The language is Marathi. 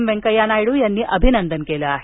वेंकय्या नायडू यांनी अभिनंदन केलं आहे